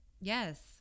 yes